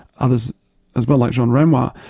others as well like jean renoir,